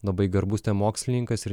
labai garbus ten mokslininkas ir